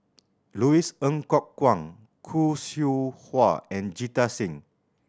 Louis Ng Kok Kwang Khoo Seow Hwa and Jita Singh